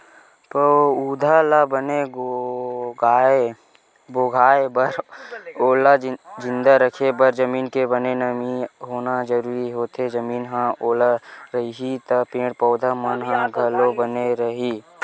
पउधा ल बने भोगाय बर ओला जिंदा रखे बर जमीन के बने नमी होना जरुरी होथे, जमीन ह ओल रइही त पेड़ पौधा मन ह घलो बने रइही